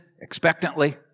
expectantly